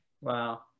Wow